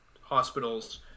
hospitals